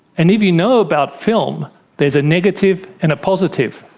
and if you know about film there's a negative and a positive.